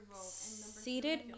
seated